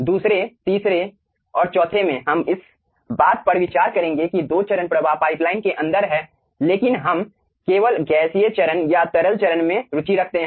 दूसरे तीसरे और चौथे में हम इस बात पर विचार करेंगे कि दो चरण प्रवाह पाइपलाइन के अंदर है लेकिन हम केवल गैसीय चरण या तरल चरण में रुचि रखते हैं